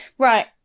right